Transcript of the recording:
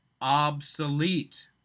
obsolete